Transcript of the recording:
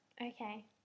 Okay